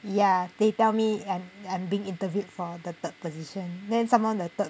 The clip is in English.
ya they tell me I'm I'm being interviewed for the third position then some more the third